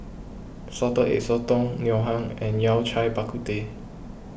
Salted Egg Sotong Ngoh Hiang and Yao Cai Bak Kut Teh